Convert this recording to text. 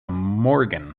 morgan